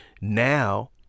now